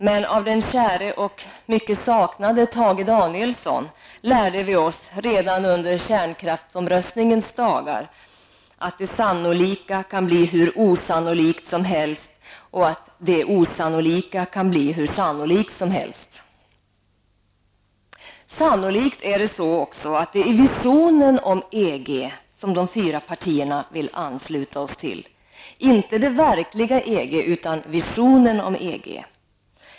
Men av den käre och mycket saknade Tage Danielsson lärde vi oss redan under kärnkraftsomröstningens dagar att det sannolika kan bli hur osannolikt som helst och att det osannolika kan bli hur sannolikt som helst. Sannolikt är det också, så att det är visionen om EG som de fyra partierna vill ansluta oss till, inte det verkliga EG, utan visionen om EG.